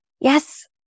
Yes